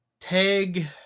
Tag